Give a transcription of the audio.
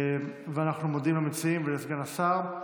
אנחנו מודים למציעים ולסגן השר.